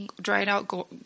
dried-out